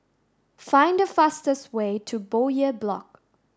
find the fastest way to Bowyer Block